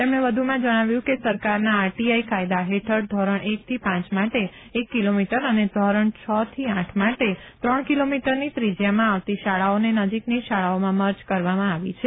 તેમણે વધુમાં જણાવ્યું છે કે સરકારના આરટીઆઈના કાયદા હેઠળ ધોરણ એક થી પાંચ માટે એક કિલોમીટર અને ધોરણ છ થી આઠ માટે ત્રણ કિલોમીટરની ત્રિજયામાં આવતી શાળાઓને નજીકની શાળાઓમાં મર્જ કરવામાં આવી છે